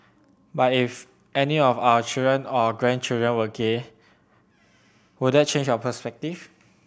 but if any of our children or grandchildren were gay would that change your perspective